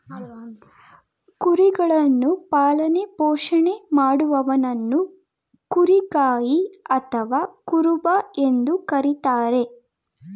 ಕುರಿಗಳನ್ನು ಪಾಲನೆ ಪೋಷಣೆ ಮಾಡುವವನನ್ನು ಕುರಿಗಾಯಿ ಅಥವಾ ಕುರುಬ ಎಂದು ಕರಿತಾರೆ